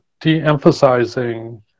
de-emphasizing